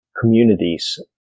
communities